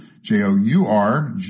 J-O-U-R